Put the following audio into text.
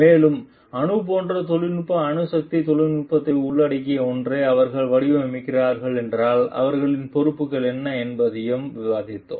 மேலும் அணு போன்ற தொழில்நுட்ப அணுசக்தி தொழில்நுட்பத்தை உள்ளடக்கிய ஒன்றை அவர்கள் வடிவமைக்கிறார்கள் என்றால் அவர்களின் பொறுப்புகள் என்ன என்பதையும் விவாதித்திருக்கலாம்